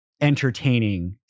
entertaining